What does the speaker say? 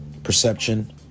perception